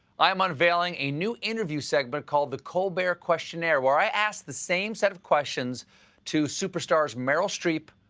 i'm unveiling a new interview segment called the colbert questionnair, where i ask the same set of questions to superstars meryl streep,